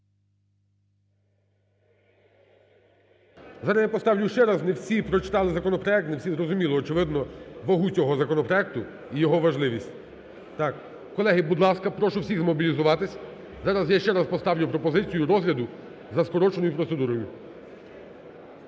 Зараз я поставлю ще раз, не всі прочитали законопроект, не всі зрозуміли, очевидно, вагу цього законопроекту і його важливість, так. Колеги, будь ласка, прошу всіх змобілізуватися. Зараз я ще раз поставлю пропозицію розгляду за скороченою процедурою.